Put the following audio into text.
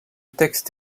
texte